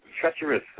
treacherous